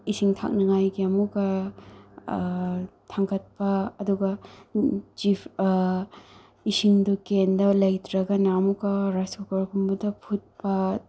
ꯏꯁꯤꯡ ꯊꯛꯅꯤꯡꯉꯥꯏꯒꯤ ꯑꯃꯨꯛꯀ ꯊꯥꯡꯀꯠꯄ ꯑꯗꯨꯒ ꯏꯁꯤꯡꯗꯨ ꯀꯦꯟꯗ ꯂꯩꯇ꯭ꯔꯒꯅ ꯑꯃꯨꯛꯀ ꯔꯥꯏꯁ ꯀꯨꯀꯔꯒꯨꯝꯕꯗ ꯐꯨꯠꯄ